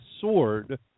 sword